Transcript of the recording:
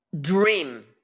dream